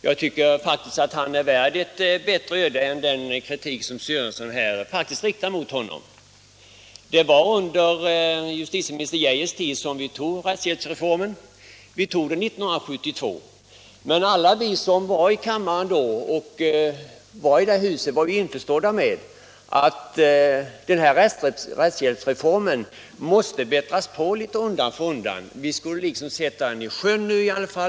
Han är faktiskt värd ett bättre öde än att få den kritik som herr Sörenson riktar mot honom. Det var under justitieminister Geijers tid som vi tog rättshjälpsreformen — 1972. Alla vi som deltog i behandlingen här i kammaren då var införstådda med att rättshjälpsreformen måste bättras på litet undan för undan. Vi skulle då sätta den i sjön.